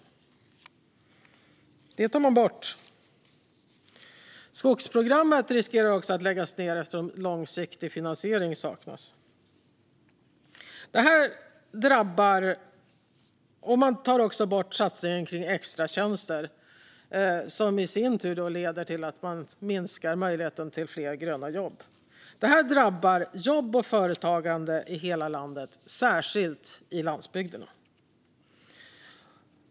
Detta tar man bort. Skogsprogrammet riskerar också att läggas ned eftersom långsiktig finansiering saknas. Man tar också bort satsningen på extratjänster, som i sin tur leder till att möjligheten till fler gröna jobb minskar. Detta drabbar jobb och företagande i hela landet, särskilt i landsbygderna.